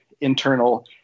internal